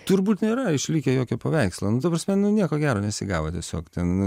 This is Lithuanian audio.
turbūt nėra išlikę jokio paveikslo nu ta prasme nu nieko gero nesigavo tiesiog ten